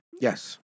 Yes